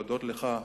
להודות לך,